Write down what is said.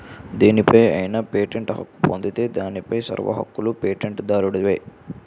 దేనిపై అయినా పేటెంట్ హక్కు పొందితే దానిపై సర్వ హక్కులూ పేటెంట్ దారుడివే